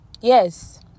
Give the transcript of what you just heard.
yes